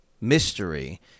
Mystery